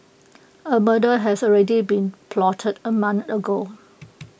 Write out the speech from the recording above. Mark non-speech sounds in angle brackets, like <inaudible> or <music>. A murder has already been plotted A month ago <noise>